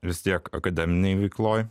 vis tiek akademinėj veikloj